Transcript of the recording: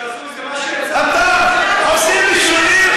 אתם מסיתים.